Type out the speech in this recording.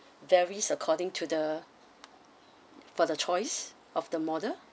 varies according to the for the choice of the model